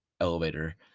elevator